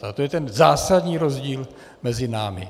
Ale to je ten zásadní rozdíl mezi námi.